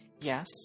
Yes